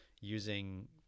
using